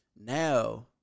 Now